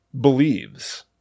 believes